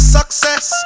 Success